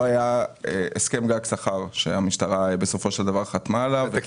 לא היה הסכם גג שכר שהמשטרה בסופו של דבר חתמה עליו.